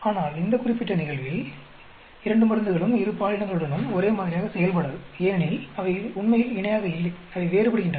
ஆனால் இந்த குறிப்பிட்ட நிகழ்வில் இரண்டு மருந்துகளும் இரு பாலினங்களுடனும் ஒரே மாதிரியாக செயல்படாது ஏனெனில் அவை உண்மையில் இணையாக இல்லை அவை வேறுபடுகின்றன